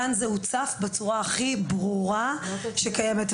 כאן זה הוצף בצורה הכי ברורה שקיימת.